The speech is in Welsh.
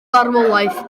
farwolaeth